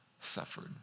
suffered